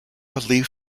leaf